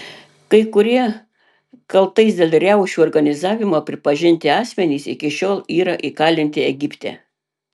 kai kurie kaltais dėl riaušių organizavimo pripažinti asmenys iki šiol yra įkalinti egipte